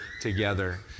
together